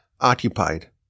occupied